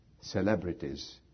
celebrities